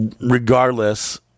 regardless